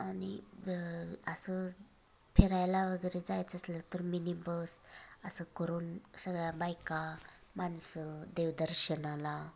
आणि असं फिरायला वगैरे जायचं असलं तर मिनी बस असं करून सगळ्या बायका माणसं देवदर्शनाला